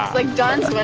like dawn's